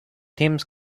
teams